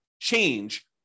change